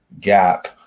gap